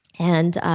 and